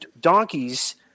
donkeys